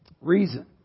Reason